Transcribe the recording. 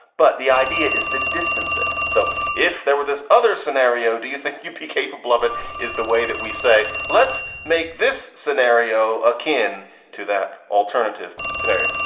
but the idea is to distance it. so if there were this other scenario, do you think you'd be capable of it is the way that we say, let's make this scenario akin to that alternative scenario.